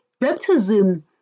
Baptism